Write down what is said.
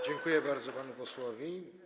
Dziękuję bardzo panu posłowi.